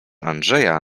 andrzeja